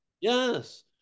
Yes